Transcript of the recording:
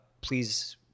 please